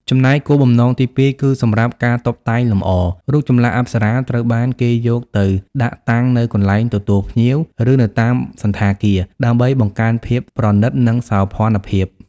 ចំណែកគោលបំណង ទីពីរ គឺសម្រាប់ ការតុបតែងលម្អ រូបចម្លាក់អប្សរាត្រូវបានគេយកទៅដាក់តាំងនៅកន្លែងទទួលភ្ញៀវ ឬនៅតាមសណ្ឋាគារ ដើម្បីបង្កើនភាពប្រណិត និងសោភ័ណភាព។